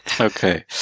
Okay